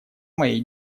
моей